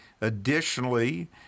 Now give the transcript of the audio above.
Additionally